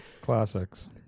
classics